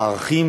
בערכים,